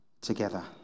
together